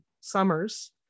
summers